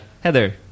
heather